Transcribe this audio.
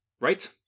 Right